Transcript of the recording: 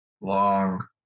long